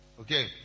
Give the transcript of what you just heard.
Okay